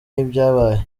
ibyabaye